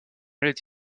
était